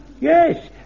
Yes